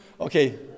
Okay